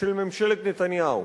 של ממשלת נתניהו,